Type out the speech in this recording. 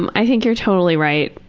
um i think you're totally right.